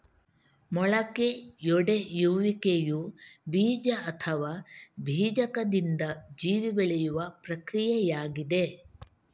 ಮೊಳಕೆಯೊಡೆಯುವಿಕೆಯು ಬೀಜ ಅಥವಾ ಬೀಜಕದಿಂದ ಜೀವಿ ಬೆಳೆಯುವ ಪ್ರಕ್ರಿಯೆಯಾಗಿದೆ